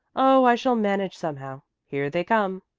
oh, i shall manage somehow. here they come.